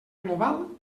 global